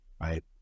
right